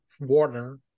water